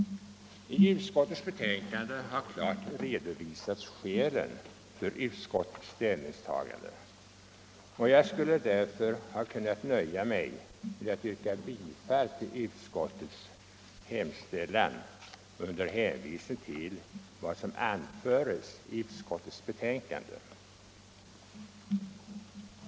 I utskottets betänkande har klart redovisats skälen för utskottets ställningstagande. Jag skulle därför ha kunnat nöja mig med att yrka bifall till utskottets hemställan under hänvisning till vad som anförts i utskottets betänkande.